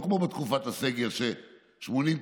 לא כמו בתקופת הסגר ש-80%,